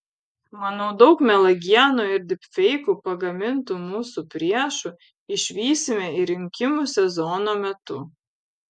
manau daug melagienų ir dypfeikų pagamintų mūsų priešų išvysime ir rinkimų sezono metu